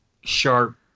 sharp